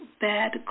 bad